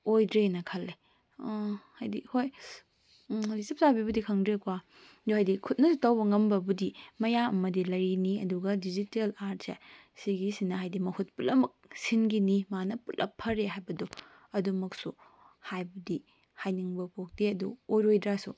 ꯑꯣꯏꯗ꯭ꯔꯦꯅ ꯈꯟꯂꯦ ꯍꯥꯏꯗꯤ ꯍꯣꯏ ꯎꯝ ꯍꯧꯖꯤꯛ ꯆꯞ ꯆꯥꯕꯤꯕꯨ ꯈꯪꯗ꯭ꯔꯦꯀꯣ ꯑꯗꯨ ꯍꯥꯏꯗꯤ ꯈꯨꯠꯅꯁꯨ ꯇꯧꯕ ꯉꯝꯕꯕꯨꯗꯤ ꯃꯌꯥꯝ ꯑꯃꯗꯤ ꯂꯩꯔꯤꯅꯤ ꯑꯗꯨꯒ ꯗꯤꯖꯤꯇꯦꯜ ꯑꯥꯔꯠꯁꯦ ꯁꯤꯒꯤꯁꯤꯅ ꯍꯥꯏꯗꯤ ꯃꯍꯨꯠ ꯄꯨꯝꯅꯃꯛ ꯁꯤꯟꯈꯤꯅꯤ ꯃꯥꯅ ꯄꯨꯂꯞ ꯐꯔꯦ ꯍꯥꯏꯕꯗꯣ ꯑꯗꯨꯃꯛꯁꯨ ꯍꯥꯏꯕꯗꯤ ꯍꯥꯏꯅꯤꯡꯕ ꯄꯣꯛꯇꯦ ꯑꯗꯨ ꯑꯣꯏꯔꯣꯏꯗ꯭ꯔꯁꯨ